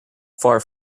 far